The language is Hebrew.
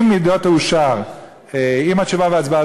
אבל אם הייתה פה שרת המשפטים,